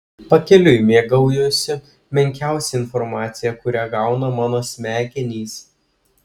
pakeliui mėgaujuosi menkiausia informacija kurią gauna mano smegenys